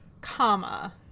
Comma